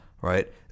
right